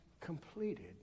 completed